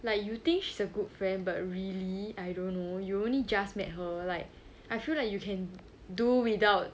like you think she's a good friend but really I don't know you only just met her like I feel like you can do without